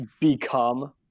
become